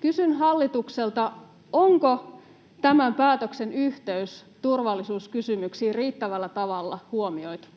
Kysyn hallitukselta: onko tämän päätöksen yhteys turvallisuuskysymyksiin riittävällä tavalla huomioitu?